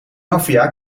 maffia